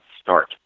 start